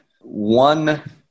One